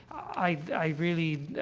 i i really,